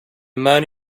man